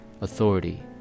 authority